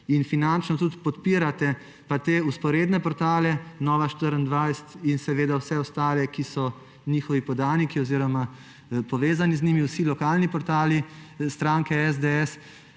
in finančno tudi podpirate pa te vzporedne portale, Nova24TV in seveda vse ostale, ki so njihovi podaniki oziroma povezani z njimi, vsi lokalni portali stranke SDS.